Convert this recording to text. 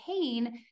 pain